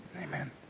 amen